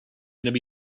going